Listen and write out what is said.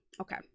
Okay